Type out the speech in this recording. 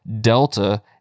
delta